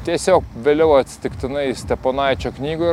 tiesiog vėliau atsitiktinai steponaičio knygoj